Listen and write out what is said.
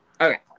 Okay